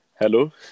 Hello